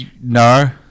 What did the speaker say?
No